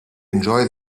enjoy